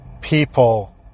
people